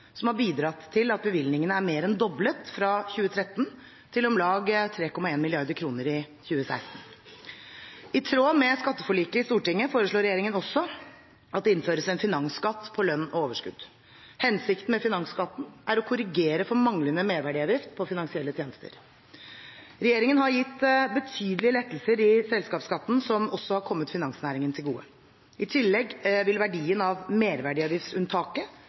som har bidratt til at bevilgningene er mer enn doblet fra 2013, til om lag 3,1 mrd. kr i 2016. I tråd med skatteforliket i Stortinget foreslår regjeringen også at det innføres en finansskatt på lønn og overskudd. Hensikten med finansskatten er å korrigere for manglende merverdiavgift på finansielle tjenester. Regjeringen har gitt betydelige lettelser i selskapsskatten som også har kommet finansnæringen til gode. I tillegg vil verdien av merverdiavgiftsunntaket